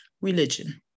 religion